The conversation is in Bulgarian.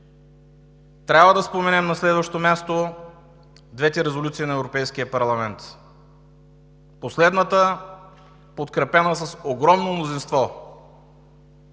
Трябва да споменем, на следващо място, двете резолюции на Европейския парламент. Последната, подкрепена с огромно мнозинство.